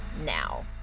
now